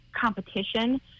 competition